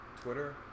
Twitter